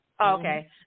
Okay